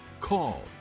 Call